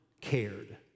cared